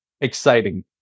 exciting